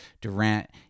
Durant